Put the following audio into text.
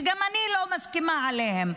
שאני לא מסכימה עליהם,